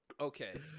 Okay